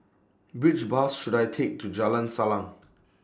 Which Bus should I Take to Jalan Salang